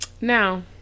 Now